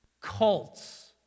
cults